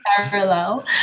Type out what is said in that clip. Parallel